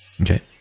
Okay